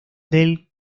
del